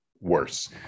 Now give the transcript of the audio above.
worse